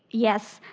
yes,